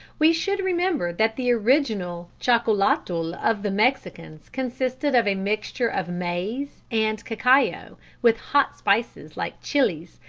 we should remember that the original chocolatl of the mexicans consisted of a mixture of maize and cacao with hot spices like chillies,